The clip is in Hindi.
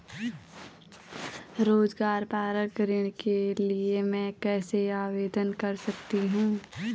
रोज़गार परक ऋण के लिए मैं कैसे आवेदन कर सकतीं हूँ?